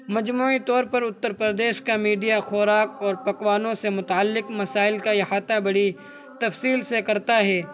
مجموعی طور پر اتر پردیش کا میڈیا خوراک اور پکوانوں سے متعلق مسائل کا احاطہ بڑی تفصیل سے کرتا ہے